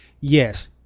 yes